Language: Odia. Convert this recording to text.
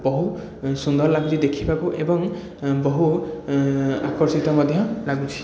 ବହୁ ସୁନ୍ଦର ଲାଗୁଛି ଦେଖିବାକୁ ଏବଂ ବହୁ ଆକର୍ଷିତ ମଧ୍ୟ ଲାଗୁଛି